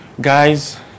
Guys